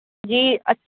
جی اچھا